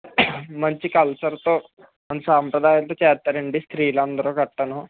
మంచి కల్చర్తో సాంప్రదాయాలతో చేస్తారండి స్త్రీలందరూ గట్రాను